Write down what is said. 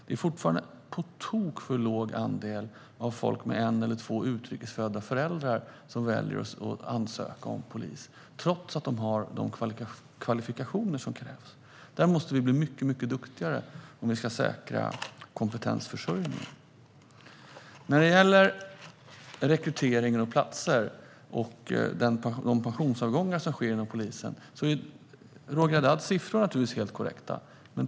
Det är fortfarande en på tok för låg andel människor med en eller två utrikes födda föräldrar som väljer att ansöka om att bli polis, trots att de har de kvalifikationer som krävs. Där måste vi bli mycket duktigare om vi ska säkra kompetensförsörjningen. När det gäller rekryteringen, platser och de pensionsavgångar som sker inom polisen är Roger Haddads siffror naturligtvis helt korrekta.